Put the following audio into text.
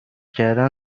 کردن